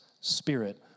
spirit